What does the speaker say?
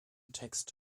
text